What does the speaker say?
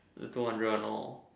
the two hundred one lor